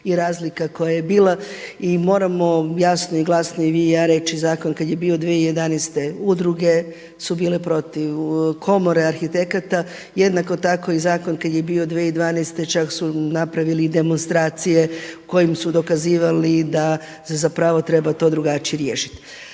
i razlika koja je bila i moramo jasno i glasno i ja i vi reći zakon kad je bio 2011. udruge su bile protiv, komore arhitekata jednako tako i zakon kada je bio 2012. čak su napravili demonstracije kojim su dokazivali da se treba to drugačije riješiti.